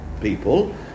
people